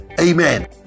Amen